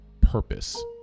purpose